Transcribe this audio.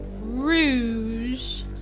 Rouge